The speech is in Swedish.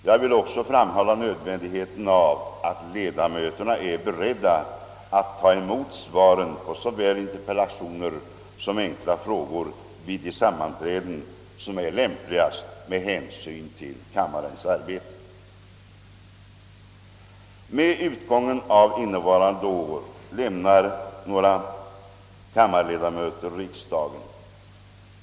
Jag vill också framhålla nödvändigheten av att ledamöterna är beredda att ta emot svaren på såväl interpellationer som enkla frågor vid de sammanträden som är lämpligast med hänsyn till kammarens arbete. Med utgången av innevarande år lämnar några kammarledamöter riksdagen.